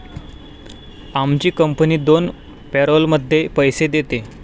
आमची कंपनी दोन पॅरोलमध्ये पैसे देते